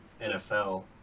NFL